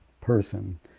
person